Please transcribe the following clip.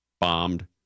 bombed